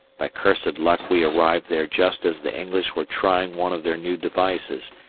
by cursed luck we arrived there just as the english were trying one of their new devices,